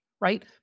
right